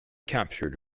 captured